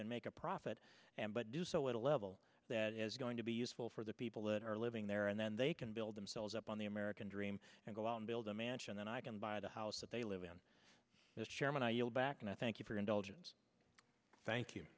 and make a profit and but do so at a level that is going to be useful for the people that are living there and then they can build themselves up on the american dream and go out and build a mansion and i can buy the house that they live in this chairman i yield back and i thank you for your indulgence thank you